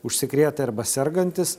užsikrėtę arba sergantys